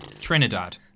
Trinidad